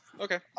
Okay